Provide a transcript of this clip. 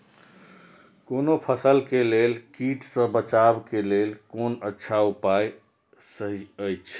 कोनो फसल के लेल कीट सँ बचाव के लेल कोन अच्छा उपाय सहि अछि?